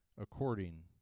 according